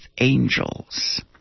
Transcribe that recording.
angels